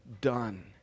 done